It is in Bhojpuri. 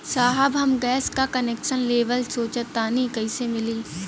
साहब हम गैस का कनेक्सन लेवल सोंचतानी कइसे मिली?